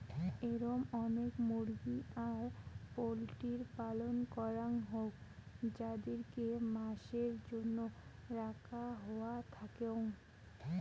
এরম অনেক মুরগি আর পোল্ট্রির পালন করাং হউক যাদিরকে মাসের জন্য রাখা হওয়া থাকেঙ